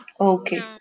Okay